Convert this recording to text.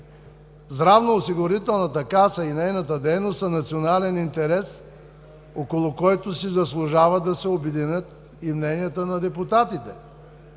Здравноосигурителната каса и нейната дейност са национален интерес, около който си заслужава да се обединят и мненията на депутатите.